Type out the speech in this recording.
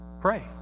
pray